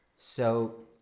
so,